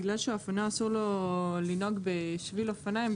בגלל שאופנוע אסור לו לנהוג בשביל אופניים,